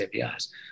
APIs